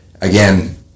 again